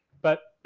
but